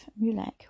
Mulek